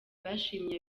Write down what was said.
bashimiye